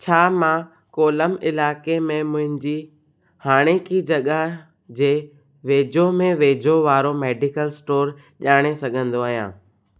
छा मां कोलम इलाइक़े में मुंहिंजी हाणेकी जॻहि जे वेझो में वेझो वारो मेडिकल स्टोर ॼाणे सघंदो आहियां